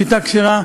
שחיטה כשרה.